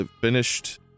finished